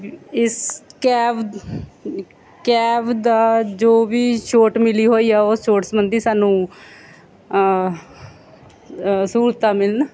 ਵੀ ਇਸ cab cab ਦਾ ਜੋ ਵੀ ਛੂਟ ਮਿਲੀ ਹੋਈ ਆ ਉਹ ਛੂਟ ਸੰਬੰਧੀ ਸਾਨੂੰ ਸਹੂਲਤਾਂ ਮਿਲਣ